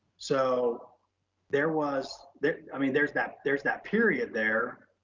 so there was there, i mean, there's that there's that period there